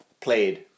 played